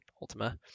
Ultima